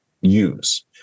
use